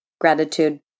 gratitude